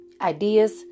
ideas